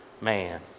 man